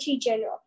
General